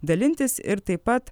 dalintis ir taip pat